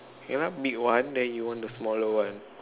cannot be one then you want the smaller one